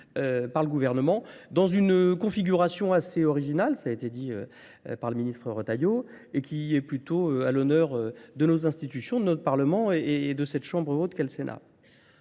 par le gouvernement dans une configuration assez originale, ça a été dit par le ministre Retailleau, et qui est plutôt à l'honneur de nos institutions, de notre Parlement et de cette Chambre ou de quel Sénat.